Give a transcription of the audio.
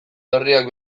berriak